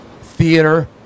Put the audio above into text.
theater